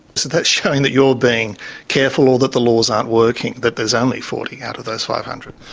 so that's showing that you're being careful or that the laws aren't working, that there is only forty out of those five hundred?